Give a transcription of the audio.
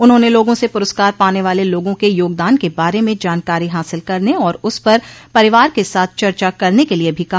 उन्होंने लोगों से पुरस्कार पाने वाले लोगों के योगदान के बारे में जानकारी हासिल करने और उस पर परिवार के साथ चर्चा करने के लिये भी कहा